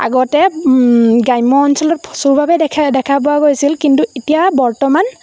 আগতে গ্ৰাম্য অঞ্চলত প্ৰচুৰভাৱে দেখা দেখা পোৱা গৈছিল কিন্তু এতিয়া বৰ্তমান